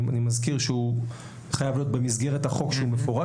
אני מזכיר שהוא חייב להיות במסגרת החוק שמפורט